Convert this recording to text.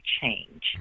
change